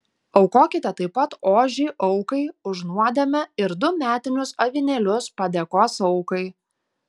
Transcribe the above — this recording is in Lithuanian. aukokite taip pat ožį aukai už nuodėmę ir du metinius avinėlius padėkos aukai